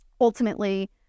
ultimately